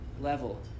level